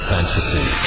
Fantasy